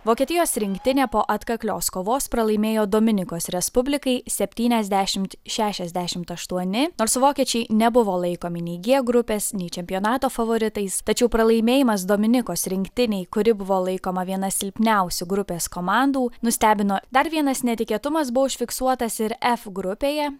vokietijos rinktinė po atkaklios kovos pralaimėjo dominikos respublikai septyniasdešimt šešiasdešimt aštuoni nors vokiečiai nebuvo laikomi nei g grupės nei čempionato favoritais tačiau pralaimėjimas dominikos rinktinei kuri buvo laikoma viena silpniausių grupės komandų nustebino dar vienas netikėtumas buvo užfiksuotas ir f grupėje